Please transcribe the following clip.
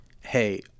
hey